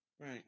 Right